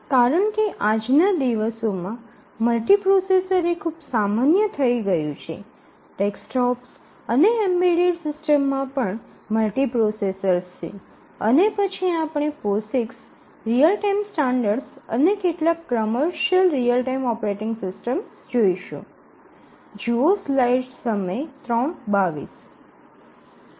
કારણકે આજના દિવસો માં મલ્ટીપ્રોસેસર એ ખુબ સામાન્ય થઈ ગયું છે ડેસ્કટોપ્સ અને એમ્બેડેડ ડિવાઇસ માં પણ મલ્ટીપ્રોસેસર્સ છે અને પછી આપણે પોસિક્સ રીઅલ ટાઇમ સ્ટાન્ડર્ડ અને કેટલાક commercial real time operating system જોઈશું